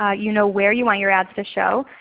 ah you know where you want your ads to show.